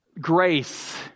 grace